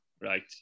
Right